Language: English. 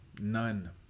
None